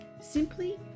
Simply